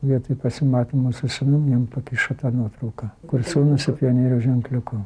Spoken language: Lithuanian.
vietoj pasimatymo su sūnum jiem pakišo tą nuotrauką kur sūnus su pionierių ženkliuku